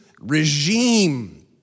regime